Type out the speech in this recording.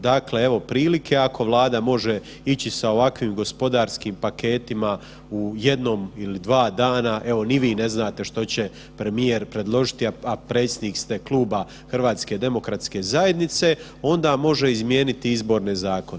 Dakle, evo prilike, ako Vlada može ići sa ovakvim gospodarskim paketima u jednom ili dva dana, evo ni vi ne znate što će premijer predložiti, a predsjednik ste Kluba HDZ-a onda može izmijeniti izborne zakone.